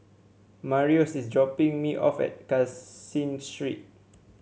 Marius is dropping me off at Caseen Street